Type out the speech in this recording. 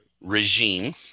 regime